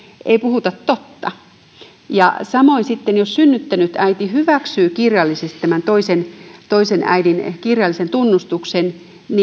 ei puhuta totta samoin sitten jos synnyttänyt äiti hyväksyy kirjallisesti tämän toisen toisen äidin kirjallisen tunnustuksen